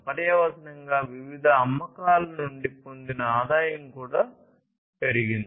పర్యవసానంగా వివిధ అమ్మకాల నుండి పొందిన ఆదాయం కూడా పెరిగింది